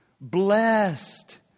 Blessed